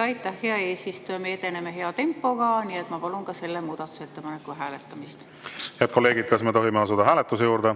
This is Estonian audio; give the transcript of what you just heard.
Aitäh, hea eesistuja! Me edeneme hea tempoga, nii et ma palun ka selle muudatusettepaneku hääletamist. Head kolleegid, kas me tohime asuda hääletuse juurde?